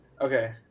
okay